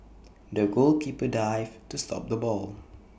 the goalkeeper dived to stop the ball